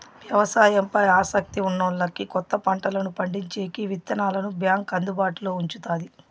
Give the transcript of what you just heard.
వ్యవసాయం పై ఆసక్తి ఉన్నోల్లకి కొత్త పంటలను పండించేకి విత్తనాలను బ్యాంకు అందుబాటులో ఉంచుతాది